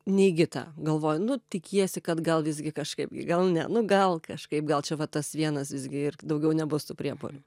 neigi tą galvoji nu tikiesi kad gal visgi kažkaip gi gal ne nu gal kažkaip gal čia va tas vienas visgi ir daugiau nebus tų priepuolių